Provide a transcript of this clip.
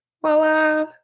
voila